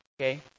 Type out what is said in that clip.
okay